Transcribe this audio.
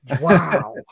Wow